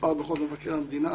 במספר דוחות מבקר המדינה,